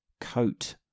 coat